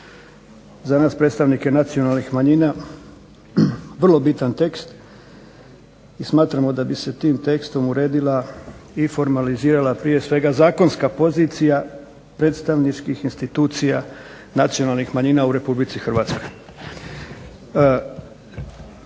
za nas predstavnike nacionalnih manjina vrlo bitan tekst i smatramo da bi se tim tekstom uredila i formalizirala prije svega zakonska pozicija predstavničkih institucija nacionalnih manjina u RH. Poslije provedene